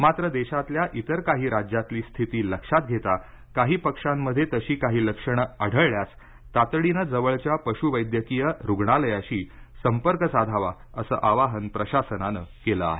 मात्र देशातल्या इतर काही राज्यातली स्थिती लक्षात घेता काही पक्ष्यांमध्ये तशी काही लक्षणे आढळल्यास तातडीनं जवळच्या पश्वैद्यकीय रुग्णालयाशी संपर्क साधावा असं आवाहन प्रशासनानं केलं आहे